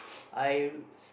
I